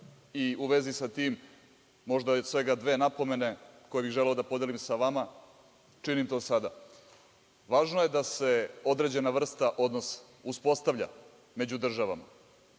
vezi sa tim, možda dve napomene koje bih želeo da podelim sa vama, činim to sada. Važno je da se određena vrsta odnosa uspostavlja među državama,